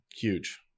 Huge